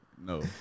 no